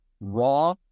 raw